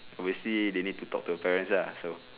obviously they need to talk to the parents ah so